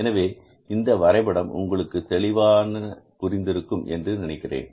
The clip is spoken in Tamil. எனவே இந்த வரைபடம் உங்களுக்கு தெளிவான தெளிவாக புரிந்திருக்கும் என்று நினைக்கிறேன்